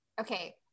okay